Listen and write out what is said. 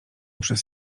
przez